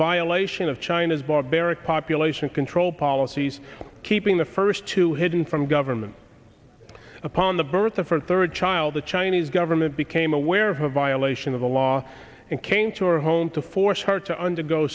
violation of china's barbaric population control policies keeping the first two hidden from government upon the birth of her third child the chinese government became aware of a violation of the law and came to her home to force her to undergo